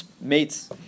mates